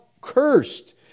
cursed